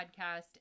podcast